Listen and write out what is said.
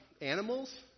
animals